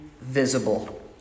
visible